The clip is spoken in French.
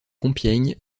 compiègne